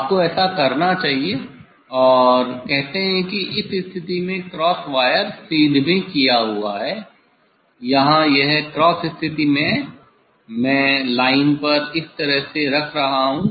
आपको ऐसा करना चाहिए और कहते हैं कि इस स्थिति में क्रॉस वायर सीध में किया हुआ है या यहां यह क्रॉस स्थिति है मैं लाइन पर इस तरह से रख रहा हूं